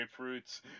grapefruits